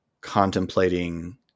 contemplating